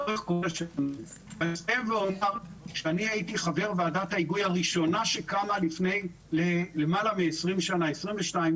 --- כשאני הייתי חבר ועדת ההיגוי הראשונה שקמה לפני 22 שנה,